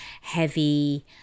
heavy